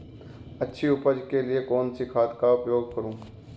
अच्छी उपज के लिए कौनसी खाद का उपयोग करूं?